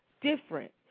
different